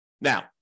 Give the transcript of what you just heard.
Now